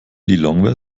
lilongwe